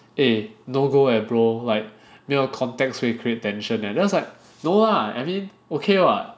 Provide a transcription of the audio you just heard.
eh no go eh bro like 没有 context create tension and then I was like no lah I mean okay [what]